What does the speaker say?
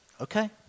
Okay